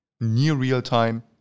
near-real-time